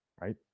right